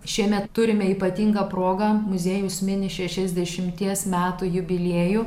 šiemet turime ypatingą progą muziejus mini šešiasdešimties metų jubiliejų